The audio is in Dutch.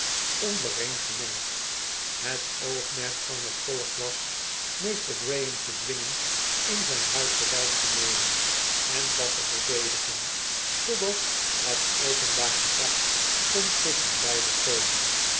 ondereen gemengd het oogmerk van het volk was meester graham te dwingen in zyn huis de wyk te nemen en dat te verdedigen totdat het openbaar gezag kon tusschenbeide komen